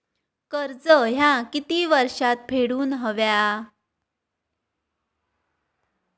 कर्ज ह्या किती वर्षात फेडून हव्या?